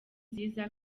nziza